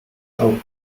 open